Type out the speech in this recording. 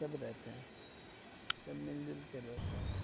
سب رہتے ہیں سب مل جل کر رہتے ہیں